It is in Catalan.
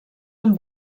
amb